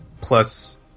plus